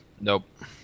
Nope